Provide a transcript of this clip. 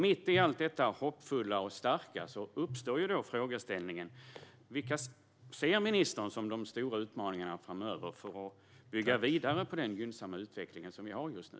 Mitt i allt detta hoppfulla och starka uppstår samtidigt frågan: Vad ser ministern som de stora utmaningarna framöver för att bygga vidare på den gynnsamma utveckling som vi har just nu?